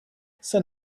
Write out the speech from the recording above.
sun